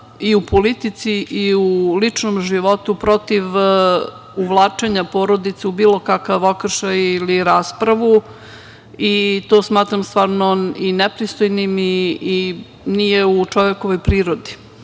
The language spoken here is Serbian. i u politici i u ličnom životu protiv uvlačenja porodice u bilo kakav okršaj ili raspravu. To smatram stvarno nepristojnim i nije u čovekovoj prirodi.